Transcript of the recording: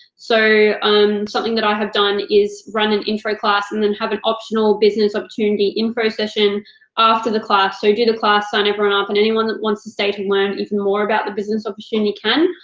so something that i have done is run an intro class and then have an optional business opportunity info session after the class, so do the class, sign everyone up, and anyone that wants to stay to learn even more about the business opportunity can.